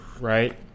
right